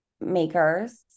makers